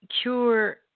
cure